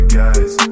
guys